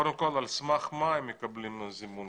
קודם כל על מה סמך מה הם מקבלים זימון כזה?